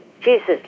Jesus